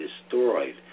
destroyed